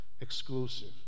exclusive